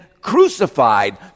crucified